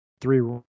three